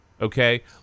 okay